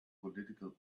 political